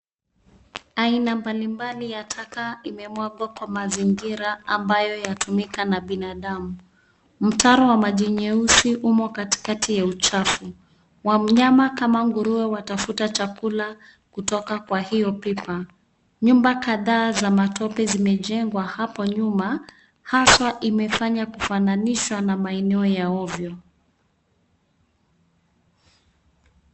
Aina mbalimbali ya taka imemwagwa kwa mazingira ambayo yatumika na binadamu. Mtaro wa maji nyeusi umo katikati ya uchafu. Wanyama kama nguruwe watafuta chakula kutoka kwa hiyo pipa. Nyumba kadhaa za matope zimejengwa hapo nyuma haswa imefanya kufananishwa na maeneo ya ovyo.